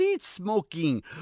smoking